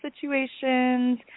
situations